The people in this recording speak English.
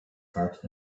heart